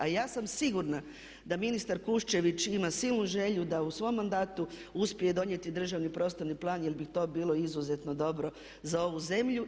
A ja sam sigurna da ministar Kuščević ima silnu želju da u svom mandatu uspije donijeti državni prostorni plan, jer bi to bilo izuzetno dobro za ovu zemlju.